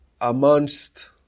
amongst